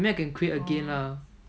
I mean I can create again lah